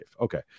Okay